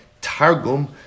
Targum